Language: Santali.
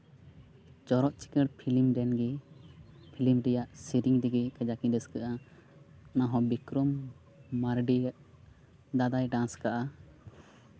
ᱪᱚᱲᱚᱠ ᱪᱤᱠᱟᱹᱲ ᱯᱷᱤᱞᱤᱢ ᱨᱮᱱ ᱜᱮ ᱯᱷᱤᱞᱤᱢ ᱨᱮᱭᱟᱜ ᱥᱮᱨᱮᱧ ᱨᱮᱜᱮ ᱠᱟᱡᱟᱠ ᱤᱧ ᱨᱟᱹᱥᱠᱟᱹᱜᱼᱟ ᱚᱱᱟᱦᱚᱸ ᱵᱤᱠᱨᱚᱢ ᱢᱟᱨᱰᱤᱭ ᱫᱟᱫᱟᱭ ᱰᱮᱱᱥ ᱠᱟᱫᱟ